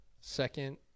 second